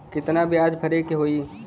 कितना ब्याज भरे के होई?